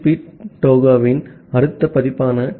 B டோஹோவின் அடுத்த பதிப்பான டி